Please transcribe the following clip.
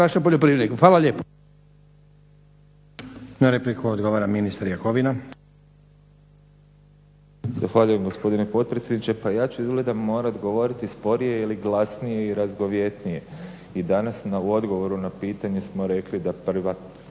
Na repliku odgovara ministar Jakovina.